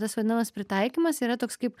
tas vadinamas pritaikymas yra toks kaip